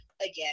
Again